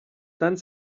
tant